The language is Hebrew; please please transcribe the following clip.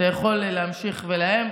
אתה יכול להמשיך לאיים.